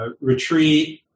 retreat